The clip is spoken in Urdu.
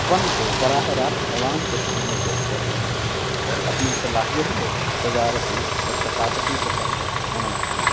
فن کو براہ راست عوام کے سامنے پیش کرتے ہیں اور اپنی صلاحیت کو تجارتی اور ثقافتی سطح پر منواتے ہیں